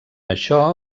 això